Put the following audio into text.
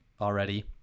already